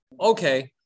Okay